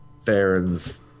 Theron's